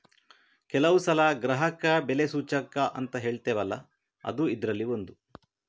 ಕೆಲವು ಸಲ ಗ್ರಾಹಕ ಬೆಲೆ ಸೂಚ್ಯಂಕ ಅಂತ ಹೇಳ್ತೇವಲ್ಲ ಅದೂ ಇದ್ರಲ್ಲಿ ಒಂದು